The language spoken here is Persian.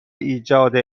ایجاد